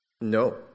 No